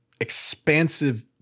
expansive